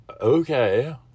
okay